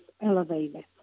elevated